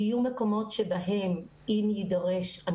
יהיו מקומות בהם אם נידרש,